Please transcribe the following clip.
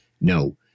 No